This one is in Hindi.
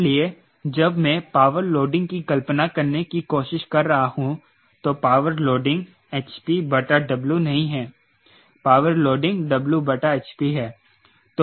इसलिए जब मैं पावर लोडिंग की कल्पना करने की कोशिश कर रहा हूं तो पावर लोडिंग hp बटा W नहीं है पावर लोडिंग W बटा hp है